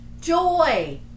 joy